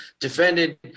defended